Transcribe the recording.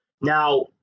Now